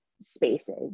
spaces